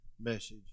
message